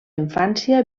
infància